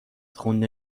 خون